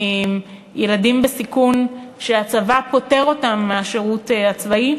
ילדים בסיכון, הצבא פוטר אותם מהשירות הצבאי,